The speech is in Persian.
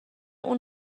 اون